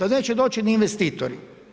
A neće doći ni investitori.